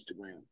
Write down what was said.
Instagram